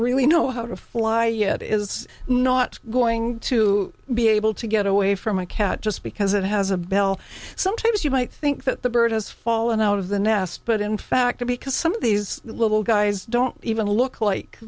really know how to fly yet is not going to be able to get away from a cat just because it has a bell sometimes you might think that the bird has fallen out of the nest but in fact because some of these little guys don't even look like